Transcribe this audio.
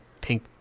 pink